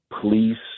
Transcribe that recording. police